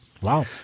Wow